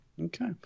Okay